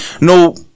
No